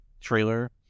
trailer